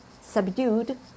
subdued